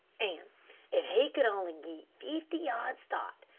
an' if he could only git fifty yards start,